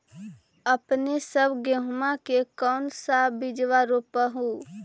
अपने सब गेहुमा के कौन सा बिजबा रोप हू?